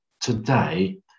today